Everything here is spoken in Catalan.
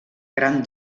gran